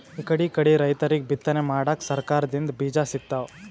ಇಕಡಿಕಡಿ ರೈತರಿಗ್ ಬಿತ್ತನೆ ಮಾಡಕ್ಕ್ ಸರಕಾರ್ ದಿಂದ್ ಬೀಜಾ ಸಿಗ್ತಾವ್